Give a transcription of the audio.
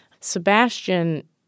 Sebastian